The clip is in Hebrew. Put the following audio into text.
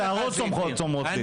אני, השערות סומרות לי.